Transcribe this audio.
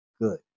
good